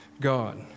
God